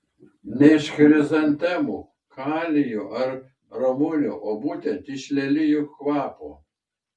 ne iš chrizantemų kalijų ar ramunių o būtent iš lelijų kvapo